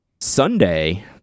sunday